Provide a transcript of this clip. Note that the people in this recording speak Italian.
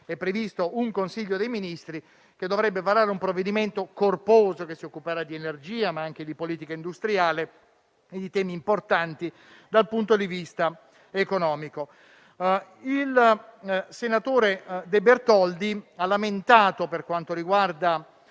è previsto un Consiglio dei ministri che dovrebbe varare un provvedimento corposo che si occuperà di energia, ma anche di politica industriale e di temi importanti dal punto di vista economico. Per quanto riguarda